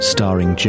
Starring